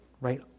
right